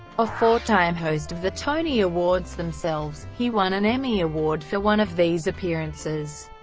a four-time host of the tony awards themselves, he won an emmy award for one of these appearances.